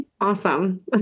Awesome